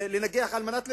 לנגח על מנת לנגח.